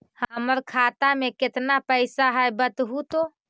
हमर खाता में केतना पैसा है बतहू तो?